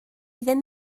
ddim